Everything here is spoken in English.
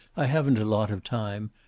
i haven't a lot of time.